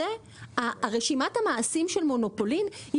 רשימת המעשים של מונופולים היא